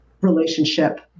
relationship